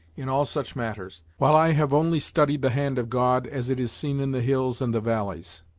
in all such matters, while i have only studied the hand of god as it is seen in the hills and the valleys,